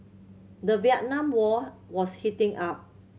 the Vietnam War was heating up